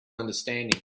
understanding